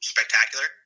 Spectacular